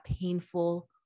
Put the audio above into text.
painful